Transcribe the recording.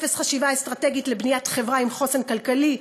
אפס חשיבה אסטרטגית לבניית חברה עם חוסן כלכלי,